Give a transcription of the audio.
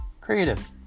creative